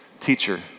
teacher